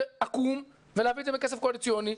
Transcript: עקום ולהביא את זה בכסף קואליציוני,